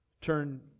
Turn